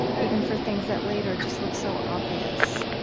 even for things that, later, just look so obvious